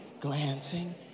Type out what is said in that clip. glancing